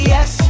Yes